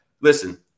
listen –